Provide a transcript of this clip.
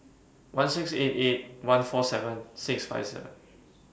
one six eight eight one four seven six five seven